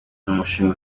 umushinga